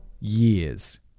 years